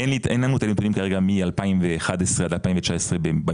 אין לנו את הנתונים כרגע מ-2011 עד 2019 במצטבר,